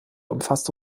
umfasste